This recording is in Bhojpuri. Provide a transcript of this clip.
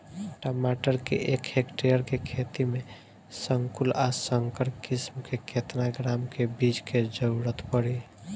टमाटर के एक हेक्टेयर के खेती में संकुल आ संकर किश्म के केतना ग्राम के बीज के जरूरत पड़ी?